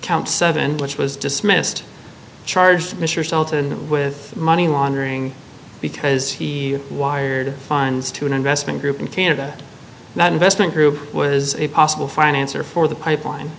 count seven which was dismissed charge that mr sultan with money laundering because he wired funds to an investment group in canada and that investment group was a possible financer for the pipeline